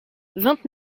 vingt